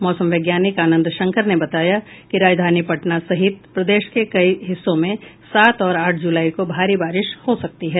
मौसम वैज्ञानिक आनंद शंकर ने बताया कि राजधानी पटना सहित प्रदेश के कई हिस्सों में सात और आठ जुलाई को भारी बारिश हो सकती है